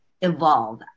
evolve